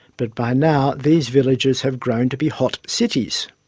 but by now these villages have grown to be hot cities.